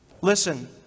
Listen